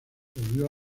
volvió